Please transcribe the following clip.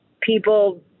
people